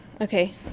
Okay